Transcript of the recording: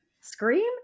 scream